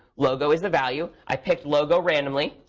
logo is the value. i picked logo randomly.